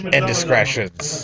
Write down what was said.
Indiscretions